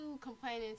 complaining